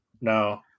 No